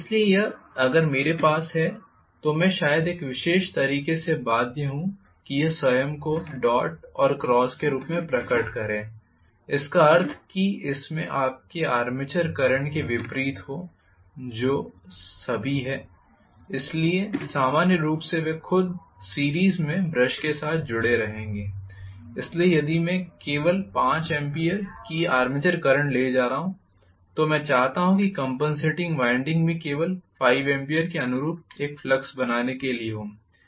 इसलिए यह अगर मेरे पास है तो मैं शायद एक विशेष तरीके से बाध्य हूं कि यह स्वयं को डॉट और क्रॉस के रूप में प्रकट करे इसका अर्थ के इसमें आपके आर्मेचर करंट के विपरीत हो जो सभी है इसलिए सामान्य रूप से वे खुद सीरीज़ में ब्रश के साथ जुड़े रहेंगे इसलिए यदि मैं केवल 5 एम्पीयर की आर्मेचर करंट ले जा रहा हूं तो मैं चाहता हूं कि कॅंपनसेटिंग वाइंडिंग भी केवल 5 एम्पीयर के अनुरूप एक फ्लक्स बनाने के लिए हो